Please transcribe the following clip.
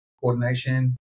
coordination